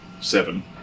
seven